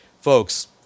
Folks